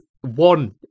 one